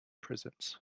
prisons